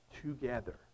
together